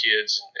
kids